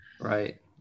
right